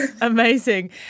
Amazing